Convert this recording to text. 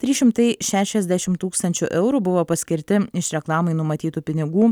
trys šimtai šešiasdešim tūkstančių eurų buvo paskirti iš reklamai numatytų pinigų